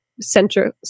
central